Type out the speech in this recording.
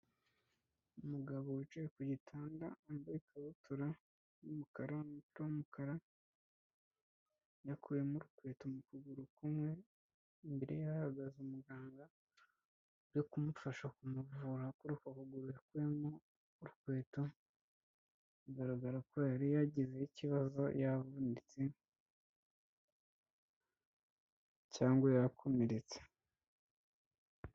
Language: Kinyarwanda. Umugabo wicaye ku gitanda yambaye ikabutura y'umukara, umupira w'umukara, yakuyemo urukweto mu kuguru kumwe, imbere ye hahagaze umuganga uje kumufasha kumuvura kuri uko kuguru yakumo urukweto, bigaragara ko yari yagizeho ikibazo yavunitse, cyangwa yarakomeretse.